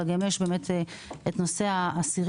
אבל יש באמת נושא האסירים,